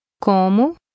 Como